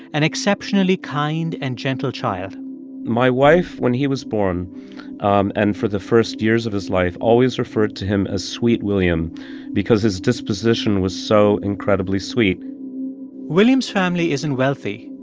an exceptionally kind and gentle child my wife, when he was born um and for the first years of his life, always referred to him as sweet william because his disposition was so incredibly sweet william's family isn't wealthy,